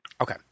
Okay